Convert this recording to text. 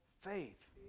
faith